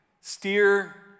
steer